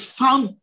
found